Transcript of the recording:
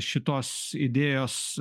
šitos idėjos